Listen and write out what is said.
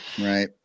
Right